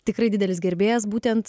tikrai didelis gerbėjas būtent